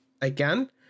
Again